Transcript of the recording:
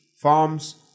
forms